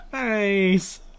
Nice